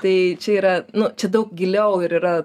tai čia yra nu čia daug giliau ir yra